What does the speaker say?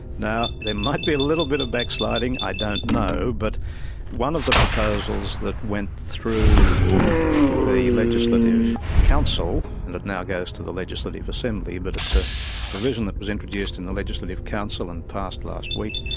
now there might be a little bit of blacksliding, i don't know, but one of the proposals that went through the but the legislative council and that now goes to the legislative assembly, but it's a provision that was introduced in the legislative council and passed last week,